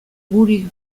guri